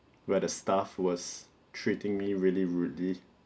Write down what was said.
where the staff was treating me really rudely